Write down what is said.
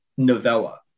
novella